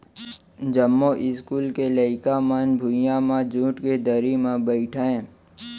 जमो इस्कूल के लइका मन भुइयां म जूट के दरी म बइठय